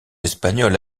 espagnols